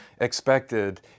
expected